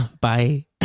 bye